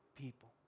people